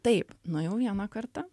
taip nuėjau vieną kartą